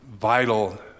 vital